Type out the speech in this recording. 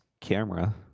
camera